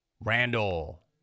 Randall